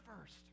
first